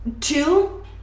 Two